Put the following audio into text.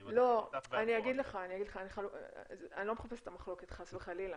אני --- אני לא מחפשת את המחלוקת חס וחלילה,